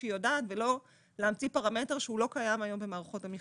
שהיא יודעת ולא להמציא פרמטר שהוא לא קיים היום במערכות המחשוב.